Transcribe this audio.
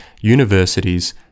Universities